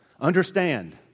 Understand